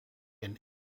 and